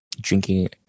drinking